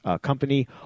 company